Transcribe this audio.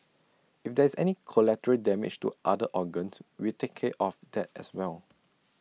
if there is any collateral damage to other organs we take care of that as well